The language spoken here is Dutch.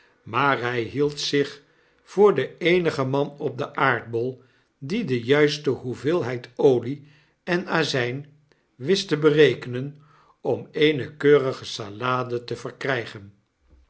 noaar hy hield zich voor den eenigen man op den aardbol die de juiste hoeveelheid olie en azyn wist te berekenen om eene keurige salade te verkrygen